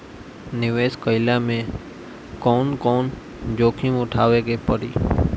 निवेस कईला मे कउन कउन जोखिम उठावे के परि?